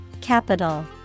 Capital